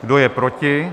Kdo je proti?